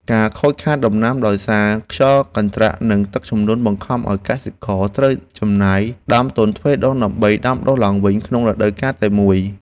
ការខូចខាតដំណាំដោយសារខ្យល់កន្ត្រាក់និងទឹកជំនន់បង្ខំឱ្យកសិករត្រូវចំណាយដើមទុនទ្វេដង ដើម្បីដាំដុះឡើងវិញក្នុងរដូវកាលតែមួយ។